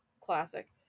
classic